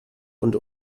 und